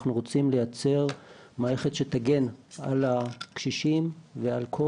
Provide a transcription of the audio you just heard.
אנחנו רוצים לייצר מערכת שתגן על הקשישים ועל כל